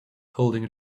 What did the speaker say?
holding